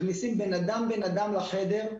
מכניסים בן אדם בן אדם לחדר,